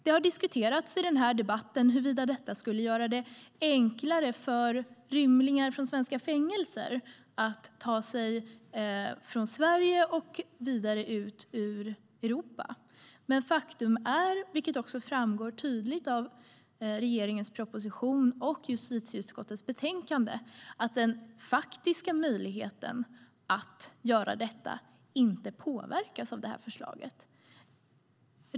Det har i den här debatten diskuterats huruvida detta skulle göra det enklare för rymlingar från svenska fängelser att ta sig från Sverige och vidare ut ur Europa. Men faktum är, vilket framgår tydligt av regeringens proposition och justitieutskottets betänkande, att den faktiska möjligheten att göra detta inte påverkas av det här förslaget.